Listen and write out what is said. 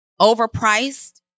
Overpriced